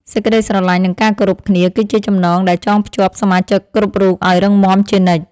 សេចក្តីស្រឡាញ់ និងការគោរពគ្នា គឺជាចំណងដែលចងភ្ជាប់សមាជិកគ្រប់រូបឱ្យរឹងមាំជានិច្ច។